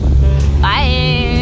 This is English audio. Bye